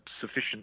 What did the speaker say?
sufficient